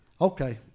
okay